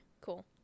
Cool